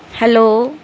hello